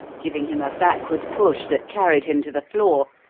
giving him a backward push that carried him to the floor,